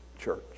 Church